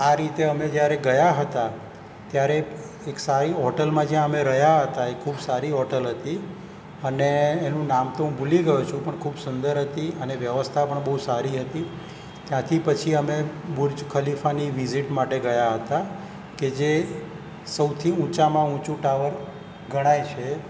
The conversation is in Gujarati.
તો આ રીતે અમે જ્યારે ગયા હતા ત્યારે એક સારી હોટલમાં જ્યાં અમે રહ્યા હતા એ ખૂબ સારી હોટલ હતી અને એનું નામ તો હું ભુલી ગયો છું પણ ખૂબ સુંદર હતી અને વ્યવસ્થા પણ બહું સારી હતી ત્યાંથી પછી અમે બુર્જ ખલીફાની વિઝિટ માટે ગયા હતા કે જે સૌથી ઊંચામાં ઊંચુ ટાવર ગણાય છે